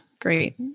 Great